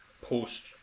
post